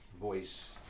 voice